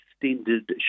extended